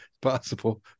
possible